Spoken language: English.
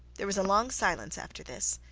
there was a long silence after this,